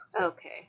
Okay